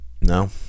No